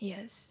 Yes